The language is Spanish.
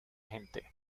gente